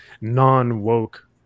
non-woke